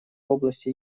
области